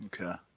Okay